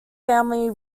family